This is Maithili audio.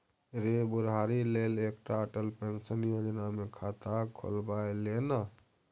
रे बुढ़ारी लेल एकटा अटल पेंशन योजना मे खाता खोलबाए ले ना